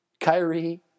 Kyrie